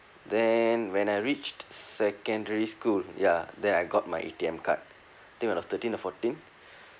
then when I reached secondary school ya then I got my A_T_M card think when I'm thirteen or fourteen